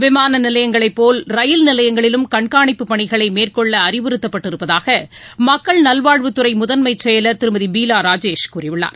விமான நிலையங்களைப்போல் ரயில் நிலையங்களிலும் கண்காணிப்பு பணிகளை மேற்கொள்ள அறிவுறுத்தப்பட்டிருப்பதாக மக்கள் நல்வாழ்வுத்துறை முதன்ஸமச் செயலர் திருமதி பீவா ராஜேஷ் கூறியுள்ளார்